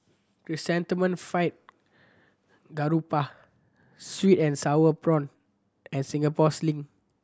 Chrysanthemum Fried Garoupa sweet and sour prawn and Singapore Sling